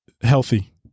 Healthy